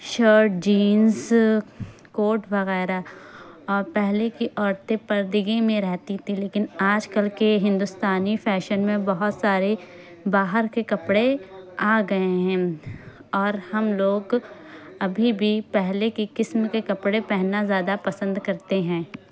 shirt jeans coat وغیرہ اور پہلے کی عورتیں پردگی میں رہتی تھی لیکن آج کل کے ہندوستانی فیشن میں بہت سارے باہر کے کپڑے آ گئے ہیں اور ہم لوگ ابھی بھی پہلے کے قسم کے کپڑے پہننا زیادہ پسند کرتے ہیں